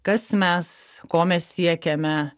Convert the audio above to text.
kas mes ko mes siekiame